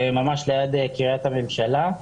ממש ליד קריית הממשלה.